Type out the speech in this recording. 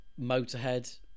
Motorhead